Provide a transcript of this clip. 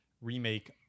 remake